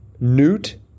Newt